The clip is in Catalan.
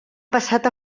passat